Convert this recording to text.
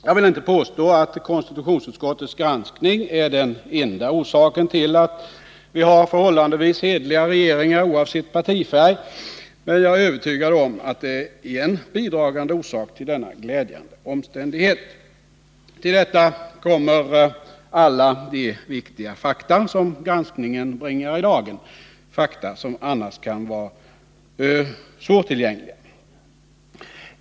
Jag vill inte påstå att konstitutionsutskottets granskning är den enda orsaken till att vi har förhållandevis hederliga regeringar oavsett partifärg, men jag är övertygad om att det är en bidragande orsak till denna glädjande omständighet. Till detta kommer alla de viktiga fakta som granskningen bringar i dagen, fakta som annars kan vara svårtillgängliga.